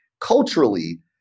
culturally